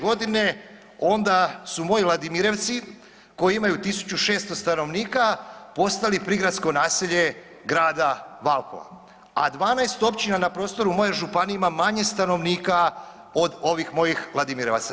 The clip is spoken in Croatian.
Godine onda su moji Ladimirevci koji imaju 1600 stanovnika postali prigradsko naselje grada Valpova, a 12 općina na prostoru moje županije ima manje stanovnika od ovih mojih Ladimirevaca.